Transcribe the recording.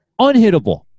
Unhittable